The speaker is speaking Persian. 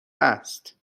است